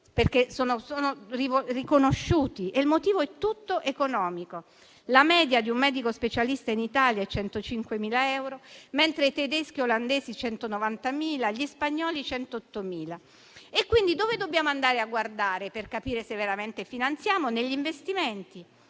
perché sono riconosciuti e il motivo è tutto economico. La media di un medico specialista in Italia è di 105.000 euro, mentre per i tedeschi e gli olandesi è di 190.000 e per gli spagnoli 108.000. Quindi, dove dobbiamo andare a guardare per capire se veramente finanziamo? Negli investimenti